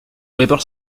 labour